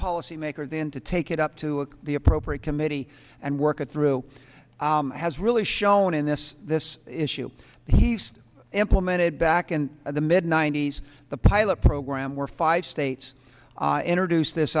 policymaker then to take it up to the appropriate committee and work at through has really shown in this this issue he's implemented back in the mid ninety's the pilot program where five states entered use this